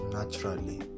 naturally